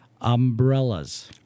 Umbrellas